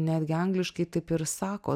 netgi angliškai taip ir sako